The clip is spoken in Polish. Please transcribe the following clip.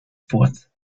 płot